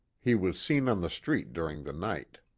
he was seen on the street during the night.